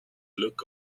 look